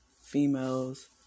females